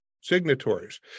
signatories